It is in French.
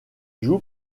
joue